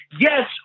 yes